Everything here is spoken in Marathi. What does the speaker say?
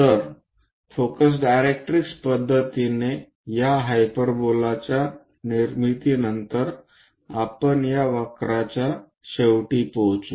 तर फोकस डायरेक्ट्रिक्स पद्धतीने या हायपरबोलाच्या निर्मितीनंतर आपण या वक्राच्या शेवटी पोहचू